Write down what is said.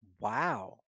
Wow